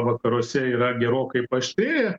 vakaruose yra gerokai paaštrėję